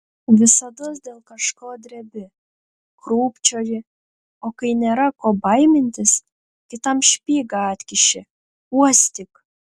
visados dėl kažko drebi krūpčioji o kai nėra ko baimintis kitam špygą atkiši uostyk